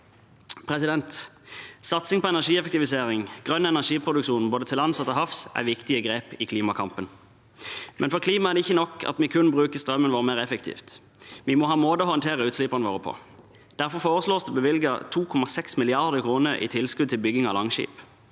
utslipp. Satsing på energieffektivisering og grønn energiproduksjon både til lands og til havs er viktige grep i klimakampen, men for klimaet er det ikke nok at vi kun bruker strømmen vår mer effektivt, vi må ha måter å håndtere utslippene våre på. Derfor foreslås det bevilget 2,6 mrd. kr i tilskudd til bygging av Langskip.